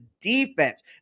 defense